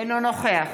אינו נוכח